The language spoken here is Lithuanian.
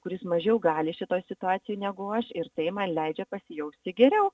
kuris mažiau gali šitoj situacijoj negu aš ir tai man leidžia pasijausti geriau